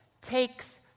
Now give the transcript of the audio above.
takes